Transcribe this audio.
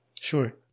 Sure